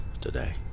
today